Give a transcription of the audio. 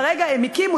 הקימו,